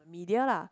media lah